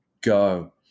go